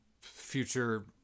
future